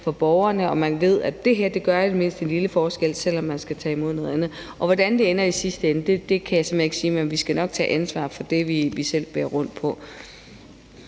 for borgerne og man ved, at det her i det mindste gør en lille forskel, selv om man skal tage imod noget andet. Hvordan det ender i sidste ende, kan jeg simpelt hen ikke sige, men vi skal nok tage ansvar for det, vi selv bærer rundt på.